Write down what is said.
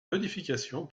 modification